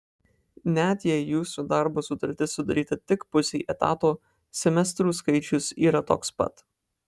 net jei jūsų darbo sutartis sudaryta tik pusei etato semestrų skaičius yra toks pat